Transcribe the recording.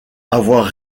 avoir